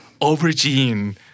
aubergine